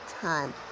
time